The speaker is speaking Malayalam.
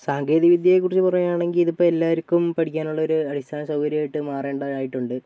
സാങ്കേതികവിദ്യയെക്കുറിച്ച് പറയുകയാണെങ്കിൽ ഇതിപ്പോൾ എല്ലാവർക്കും പഠിക്കാനുള്ള ഒരു അടിസ്ഥാന സൗകര്യമായിട്ട് മാറേണ്ടതായിട്ടുണ്ട്